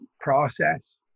process